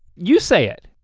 you say it.